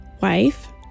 wife